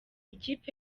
ikipe